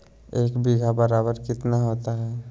एक बीघा बराबर कितना होता है?